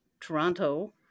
Toronto